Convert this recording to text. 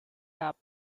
cap